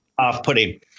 off-putting